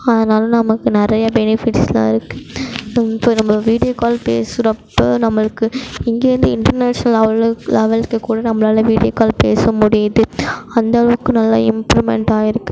அதனால் நமக்கு நிறையா பெனிஃபிட்ஸ்யெலாம் இருக்குது இப்போ நம்ம வீடியோ கால் பேசுகிறப்ப நம்மளுக்கு இங்கேருந்து இன்டர்நேஷனல் அளவுக்கு லெவலுக்கு கூட நம்மளால வீடியோ கால் பேச முடியுது அந்தளவுக்கு நல்ல இம்ப்ரூவ்மென்ட் ஆகிருக்கு